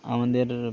আমাদের